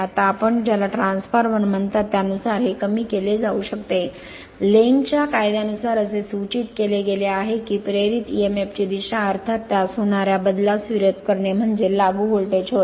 आता आपण ज्याला ट्रान्सफॉर्मर म्हणता त्यानुसार हे कमी केले जाऊ शकते लेन्झच्या कायद्या Lenz's law नुसार असे सूचित केले गेले आहे की प्रेरित emf ची दिशा अर्थात त्यास होणार्या बदलास विरोध करणे म्हणजे लागू व्होल्टेज होय